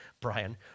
Brian